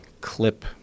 clip